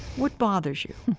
what bothers you,